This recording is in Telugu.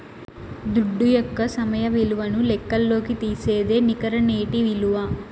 దుడ్డు యొక్క సమయ విలువను లెక్కల్లోకి తీసేదే నికర నేటి ఇలువ